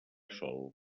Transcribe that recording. sol